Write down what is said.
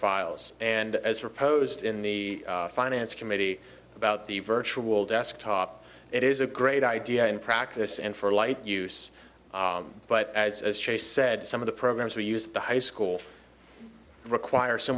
files and as proposed in the finance committee about the virtual desktop it is a great idea in practice and for light use but as as chase said some of the programs we use the high school require so